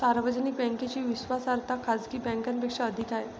सार्वजनिक बँकेची विश्वासार्हता खाजगी बँकांपेक्षा अधिक आहे